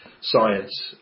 science